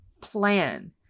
plan